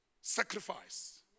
Sacrifice